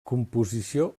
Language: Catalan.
composició